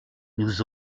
nous